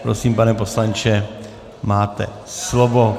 Prosím, pane poslanče, máte slovo.